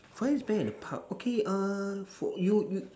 for this bear in a pub okay err for you you